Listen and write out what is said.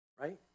Right